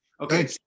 Okay